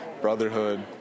brotherhood